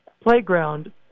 playground